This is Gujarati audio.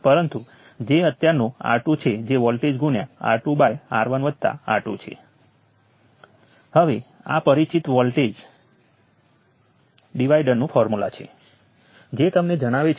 તેથી આ મહત્વપૂર્ણ ભાગ છે અને તેમાંથી તમામ બ્રાન્ચ વોલ્ટેજ અને કરંટ મેળવવા માટે તે એકદમ સરળ હોવાનું સાબિત થાય છે